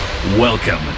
Welcome